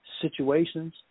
situations